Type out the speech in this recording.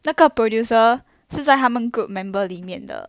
那个 producer 是他们 group member 里面的